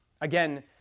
again